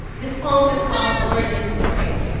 this poem is called origin story.